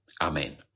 amen